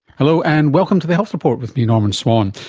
hello, and welcome to the health report with me, norman swan.